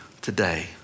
today